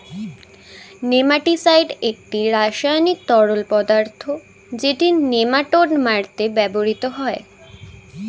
nematicide একটি রাসায়নিক তরল পদার্থ যেটি নেমাটোড মারতে ব্যবহৃত হয়